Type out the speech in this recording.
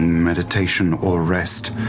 meditation or rest.